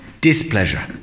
displeasure